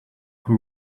who